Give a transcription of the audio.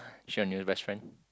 is she your new best friend